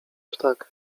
ptak